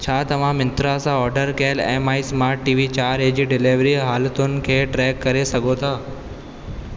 छा तव्हां मिंत्रा सां ऑर्डर कियल एमआई स्मार्ट टीवी चारि ए जी डिलीवरी हालतुनि खे ट्रैक करे सघो था